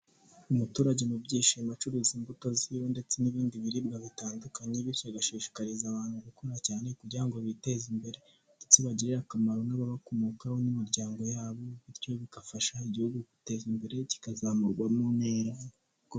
Umuturage mu byishimo acuruza imbuto ziwe ndetse n'ibindi biribwa bitandukanye bityo agashishikariza abantu gukora cyane kugira ngo biteze imbere ndetse bagirire akamaro n'ababakomokaho n'imiryango yabo bityo bigafasha igihugu kwiteza imbere kikazamurwa mu ntera.